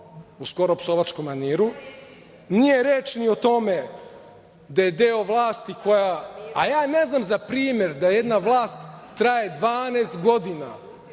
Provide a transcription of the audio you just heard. u skoro psovačkom maniru, nije reč ni o tome da je deo vlasti koja… Ja ne znam za primer da jedna vlast traje 12 godina